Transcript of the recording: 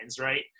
right